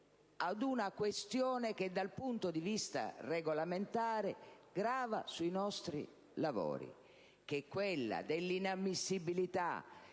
Grazie,